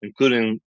including